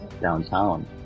downtown